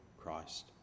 Christ